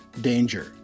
danger